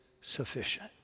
sufficient